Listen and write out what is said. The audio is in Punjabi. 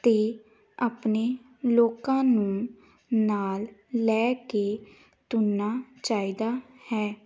ਅਤੇ ਆਪਣੇ ਲੋਕਾਂ ਨੂੰ ਨਾਲ ਲੈ ਕੇ ਤੁਰਨਾ ਚਾਹੀਦਾ ਹੈ